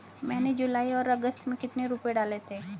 मैंने जुलाई और अगस्त में कितने रुपये डाले थे?